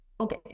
okay